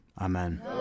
Amen